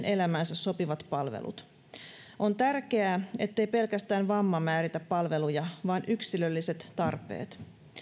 elämäänsä sopivat palvelut on tärkeää ettei pelkästään vamma määritä palveluja vaan yksilölliset tarpeet